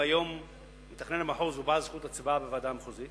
והיום מתכנן המחוז הוא בעל זכות הצבעה בוועדה המחוזית.